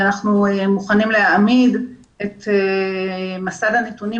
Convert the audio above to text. אנחנו מוכנים להעמיד את מסד הנתונים